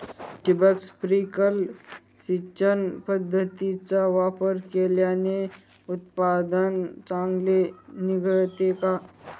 ठिबक, स्प्रिंकल सिंचन पद्धतीचा वापर केल्याने उत्पादन चांगले निघते का?